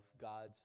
God's